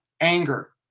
anger